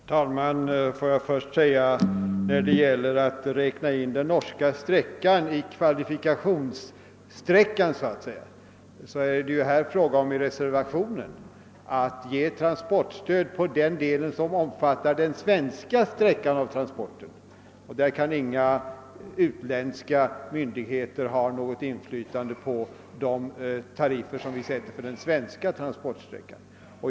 Herr talman! Får jag först säga att när det gäller att räkna in den norska sträckan i kvalifikationssträckan så att säga, är det ju i reservationen fråga om att ge transportstöd på den del som omfattar den svenska sträckan av transporten. Där kan inga utländska myndigheter ha något inflytande på de tariffer som vi sätter för den svenska transportsträckan.